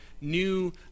new